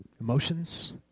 Emotions